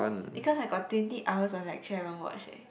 because I got twenty hours of lecture haven't watched eh